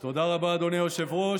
תודה רבה, אדוני היושב-ראש.